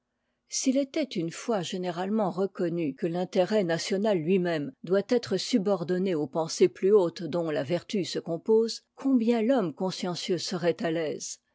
s'il était une fois généralement reconnu que l'intérêt national ui même doit être subordonné aux pensées plus hautes dont a vertu se compose combien l'homme consciencieux serait à l'aise